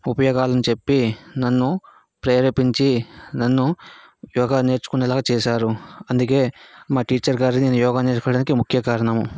ఉపయోగాలను చెప్పి నన్ను ప్రేరేపించి నన్ను ఉద్యోగం నేర్చుకునేలాగ చేశారు అందుకే మా టీచర్ గారు నేను యోగ నేర్చుకోవడానికి ముఖ్య కారణము